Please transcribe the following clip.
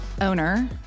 owner